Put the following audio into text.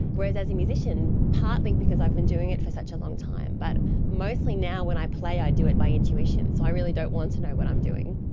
whereas as a musician, partly because i've been doing it for such a long time, but mostly now when i play i do it by intuition, so i really don't want to know what i'm doing.